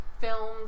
films